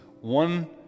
one